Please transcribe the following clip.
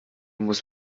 muss